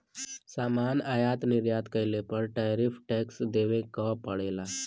सामान आयात निर्यात कइले पर टैरिफ टैक्स देवे क पड़ेला